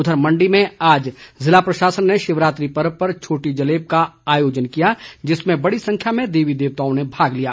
उधर मंडी में आज जिला प्रशासन ने शिवरात्रि पर्व पर छोटी जलेब का आयोजन किया जिसमें बड़ी संख्या में देवी देवताओं ने भाग लिया